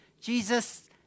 Jesus